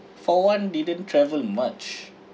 for one didn't travel much